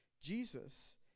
Jesus